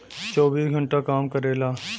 चौबीस घंटा काम करेला